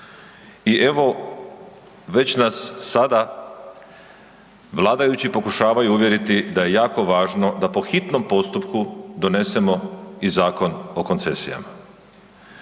i evo, već nas sada vladajući pokušavaju uvjeriti da je jako važno da po hitnom postupku donesemo i Zakon o koncesijama.